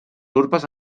urpes